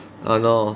oh no